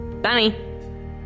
bunny